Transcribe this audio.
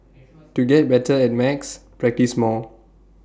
to get better at maths practise more